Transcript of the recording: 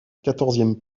quatorzième